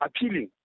appealing